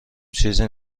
چیزی